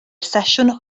sesiwn